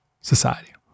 society